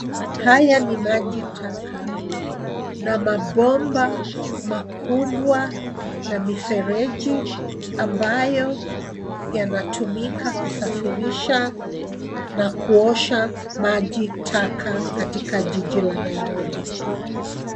Haya ni maji taka na mabomba makubwa na mifereji ambayo yanatumika kusafirisha na kuosha maji taka katika jiji la Nairobi.